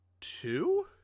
two